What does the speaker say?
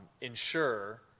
ensure